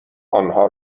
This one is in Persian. آنها